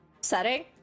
setting